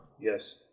Yes